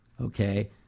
Okay